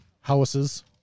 houses